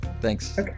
Thanks